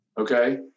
okay